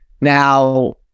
Now